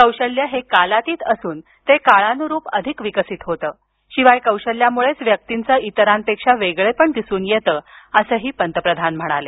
कौशल्य हे कालातीत असून ते काळानुरूप अधिक विकसित होतं शिवाय कौशल्यामुळेच व्यक्तीचं इतरांपेक्षा वेगळेपण दिसून येतं असंही पंतप्रधान म्हणाले